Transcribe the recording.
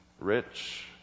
rich